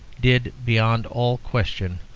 did, beyond all question,